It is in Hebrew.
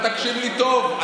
ותקשיב לי טוב,